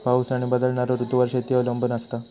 पाऊस आणि बदलणारो ऋतूंवर शेती अवलंबून असता